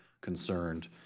concerned